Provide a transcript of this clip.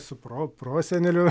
su pro proseneliu